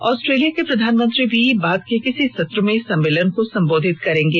Australia के प्रधानमंत्री भी बाद के किसी सत्र में सम्मेलन को सम्बोधित करेंगे